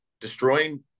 destroying